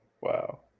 Wow